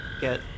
get